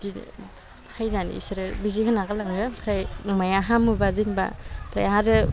बिदिनो फाैनानै बिसोरो बिजि होना गालाङो ओमफ्राय अमाया हामोबा जेनेबा ओमफ्राय आरो